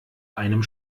einem